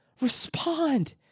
Respond